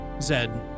Zed